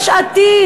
יש עתיד,